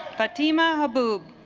fatima haboob